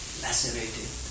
lacerated